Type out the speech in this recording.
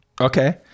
Okay